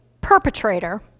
perpetrator